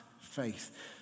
faith